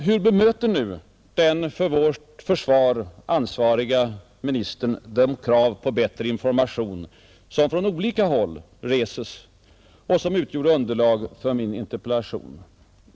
Hur bemöter nu den för vårt försvar ansvarige ministern de krav på bättre information som från olika håll reses och som har utgjort underlag för min interpellation?